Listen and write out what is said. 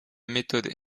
méthode